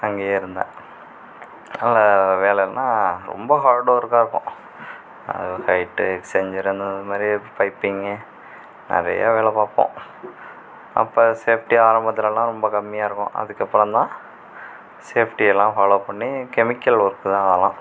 அங்கேயே இருந்தேன் நல்ல வேலைன்னா ரொம்ப ஹார்டு ஒர்க்காக இருக்கும் அது ஹைட்டு செஞ்சுருந்தும் இது மாதிரி பைப்பிங்கு நிறைய வேலை பார்ப்போம் அப்போ சேஃப்ட்டி ஆரம்பத்திலலாம் ரொம்ப கம்மியாக இருக்கும் அதுக்கப்புறந்தான் சேஃப்ட்டியெல்லாம் ஃபாலோ பண்ணி கெமிக்கல் ஒர்க்கு தான் அதெலாம்